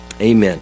amen